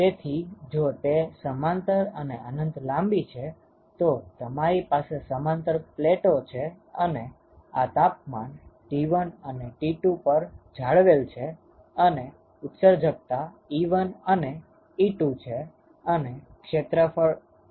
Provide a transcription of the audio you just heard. તેથી જો તે સમાંતર અને અનંત લાંબી છે તો તમારી પાસે સમાંતર પ્લેટો છે અને આ તાપમાન T1 અને T2 પર જાળવેલ છે અને ઉત્સર્જકતા 𝜀1 અને 𝜀2 છે અને ક્ષેત્રફળ A1 અને A2 છે